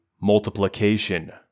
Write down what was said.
multiplication